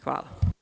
Hvala.